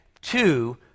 two